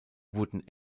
wurden